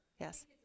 yes